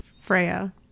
Freya